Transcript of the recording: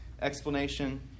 explanation